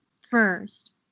first